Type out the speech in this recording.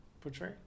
portray